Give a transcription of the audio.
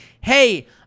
hey